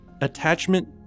attachment